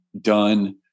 done